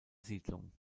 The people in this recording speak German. siedlung